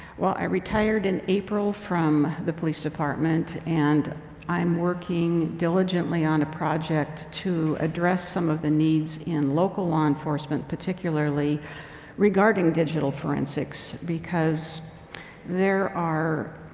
well, i retired in april from the police department, and i'm working diligently on a project to address some of the needs in local law enforcement, particularly regarding digital forensics, because there are,